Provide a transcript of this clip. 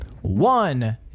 One